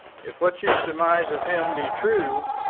if what you surmise of him be true,